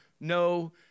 no